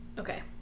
Okay